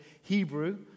Hebrew